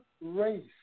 race